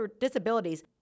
disabilities